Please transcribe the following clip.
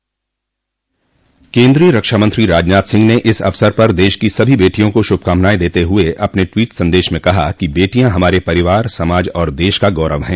केन्द्रीय रक्षामंत्री राजनाथ सिंह ने इस अवसर पर देश की सभी बेटियों को शुभकामनाएं देते हुए अपने ट्वीट संदेश में कहा कि बेटियां हमारे परिवार समाज और देश का गौरव हैं